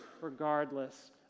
regardless